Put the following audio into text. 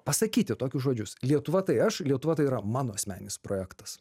pasakyti tokius žodžius lietuva tai aš lietuva tai yra mano asmeninis projektas